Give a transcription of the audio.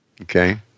Okay